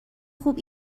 خوب